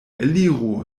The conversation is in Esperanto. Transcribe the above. eliru